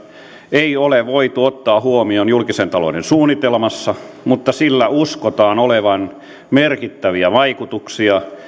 ei ole voitu ottaa huomioon julkisen talouden suunnitelmassa mutta sillä uskotaan olevan merkittäviä vaikutuksia